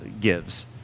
gives